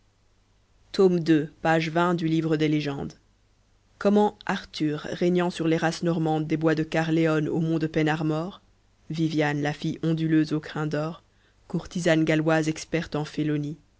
tome deux page vingt du ivre des légendes comment arthur régnant sur les races normandes des bois de carleonn aux monts de pen armor viviane la fille onduleuse aux crins d'or courtisane galloise experte en